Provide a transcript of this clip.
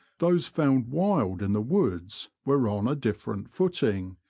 those found wild in the woods were on a diff erent footing,